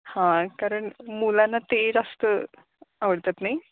हां कारण मुलांना ते जास्त आवडतात नाही